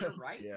right